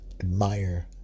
admire